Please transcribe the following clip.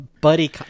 buddy